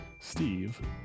Steve